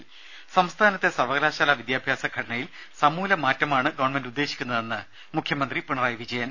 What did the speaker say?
ത സംസ്ഥാനത്തെ സർവ്വകലാശാലാ വിദ്യാഭ്യാസ ഘടനയിൽ സമൂല മാറ്റമാണ് ഗവൺമെന്റ് ഉദ്ദേശിക്കുന്നതെന്ന് മുഖ്യമന്ത്രി പിണറായി വിജയൻ